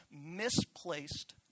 misplaced